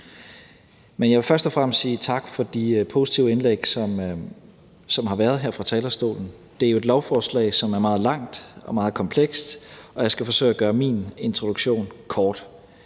Men jeg vil først og fremmest sige tak for de positive indlæg, der har været her fra talerstolen. Det er jo et lovforslag, som er meget langt og meget komplekst, og jeg skal forsøge at gøre min introduktion kort.